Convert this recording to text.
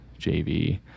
JV